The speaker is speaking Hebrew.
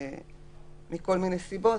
מכל מיני סיבות,